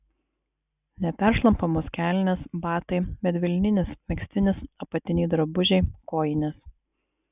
neperšlampamos kelnės batai medvilninis megztinis apatiniai drabužiai kojinės